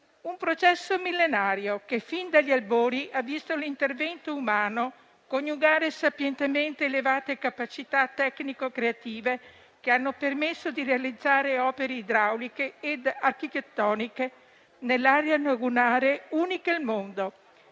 un processo millenario che, fin dagli albori, ha visto l'intervento umano coniugare sapientemente elevate capacità tecnico-creative che hanno permesso di realizzare opere idrauliche ed architettoniche nell'area lagunare uniche al mondo,